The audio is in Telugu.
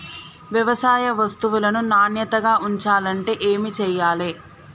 వ్యవసాయ వస్తువులను నాణ్యతగా ఉంచాలంటే ఏమి చెయ్యాలే?